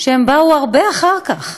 והם באו הרבה אחר כך,